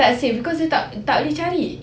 tak save because dia tak tak boleh cari